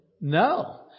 No